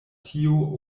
tio